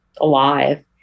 alive